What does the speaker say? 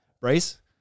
Bryce